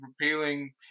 repealing